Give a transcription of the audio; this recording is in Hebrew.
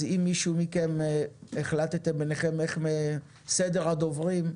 אז אם מישהו מכם, החלטתם ביניכם איך סדר הדוברים?